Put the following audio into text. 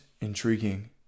intriguing